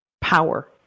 power